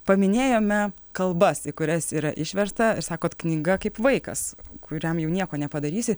paminėjome kalbas į kurias yra išversta ir sakot knyga kaip vaikas kuriam jau nieko nepadarysi